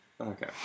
Okay